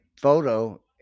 photo